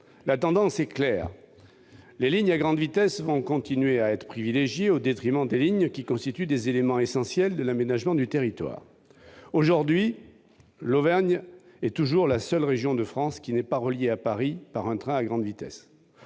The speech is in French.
La tendance est claire : les lignes à grande vitesse vont continuer à être privilégiées au détriment des lignes qui constituent pourtant des éléments essentiels de l'aménagement du territoire. Aujourd'hui, l'Auvergne est toujours la seule région de France à n'être pas reliée à Paris par un train à grande vitesse.